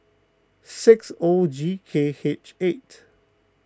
six O G K H eight